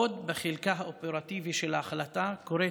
עוד בחלקה האופרטיבי של ההחלטה קוראת